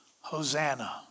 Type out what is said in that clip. Hosanna